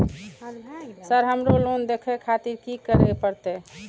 Sir हमरो loan देखें खातिर की करें परतें?